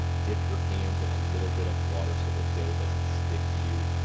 dip your hands in a little bit of water, so the dough doesn't stick to you.